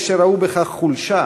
יש שראו בכך חולשה,